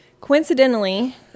Coincidentally